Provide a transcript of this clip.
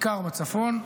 בעיקר בצפון,